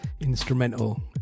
instrumental